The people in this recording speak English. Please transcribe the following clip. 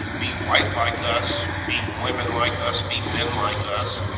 be white like us, be women like us, be men like us.